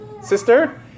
sister